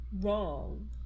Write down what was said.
wrong